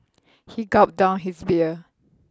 he gulped down his beer